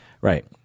Right